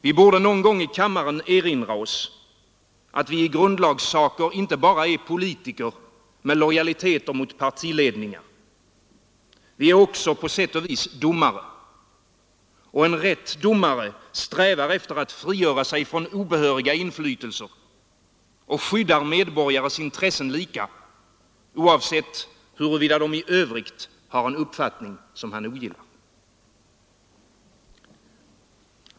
Vi borde någon gång i kammaren erinra oss, att vi i grundlagssaker inte bara är politiker med lojaliteter mot partiledningar. Vi är också på sätt och vis domare. En rätt domare strävar efter att frigöra sig från obehöriga inflytelser och skyddar medborgares intressen lika, oavsett huruvida de i övrigt har en uppfattning som han ogillar.